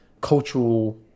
cultural